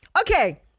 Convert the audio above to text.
Okay